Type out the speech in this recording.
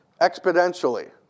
exponentially